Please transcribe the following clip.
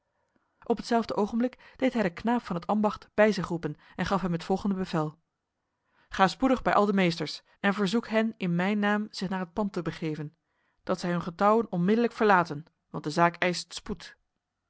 op hetzelfde ogenblik deed hij de knaap van het ambacht bij zich roepen en gaf hem het volgende bevel ga spoedig bij al de meesters en verzoek hen in mijn naam zich naar het pand te begeven dat zij hun getouwen onmiddellijk verlaten want de zaak eist spoed